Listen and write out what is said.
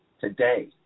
Today